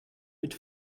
mit